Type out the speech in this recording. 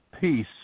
peace